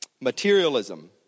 materialism